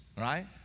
Right